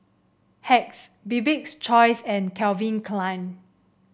Hacks Bibik's Choice and Calvin Klein